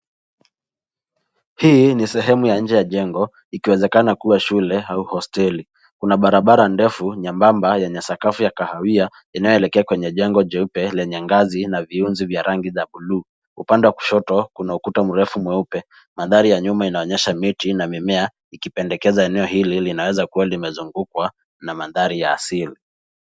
Hii ni sehemu ya nje ya jengo ikiwezekana kuwa shule au hosteli. Kuna barabara ndefu nyembamba yenye sakafu ya kahawia inayoelekea kwenye jengo jeupe yenye ngazi na viunzi vya rangi ya buluu. Upande wa kushoto kuna ukuta mrefu mweupe. Mandhari ya nyuma yanaonyesha miti na mimea ikipendekeza eneo hili linaweza kuwa limezungukwa na mandhari ya asili.